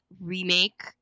remake